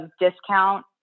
discount